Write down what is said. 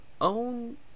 own